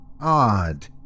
Odd